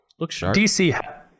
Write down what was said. DC